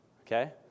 Okay